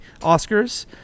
Oscars